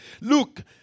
look